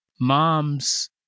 mom's